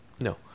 No